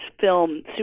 film